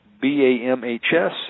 B-A-M-H-S